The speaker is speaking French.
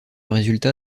résultat